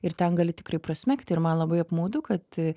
ir ten gali tikrai prasmegti ir man labai apmaudu kad